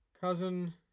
cousin